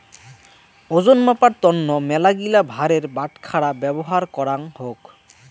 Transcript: ওজন মাপার তন্ন মেলাগিলা ভারের বাটখারা ব্যবহার করাঙ হউক